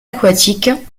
aquatiques